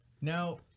Now